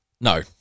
No